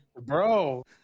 bro